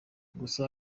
gusa